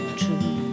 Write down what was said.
true